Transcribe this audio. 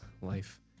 life